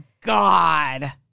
God